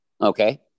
Okay